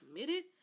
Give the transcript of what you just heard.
committed